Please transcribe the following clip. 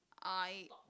I